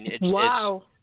Wow